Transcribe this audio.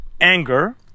anger